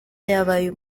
yabaye